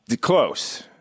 Close